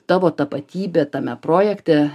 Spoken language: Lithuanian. tavo tapatybė tame projekte